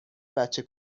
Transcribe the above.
بچه